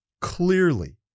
Clearly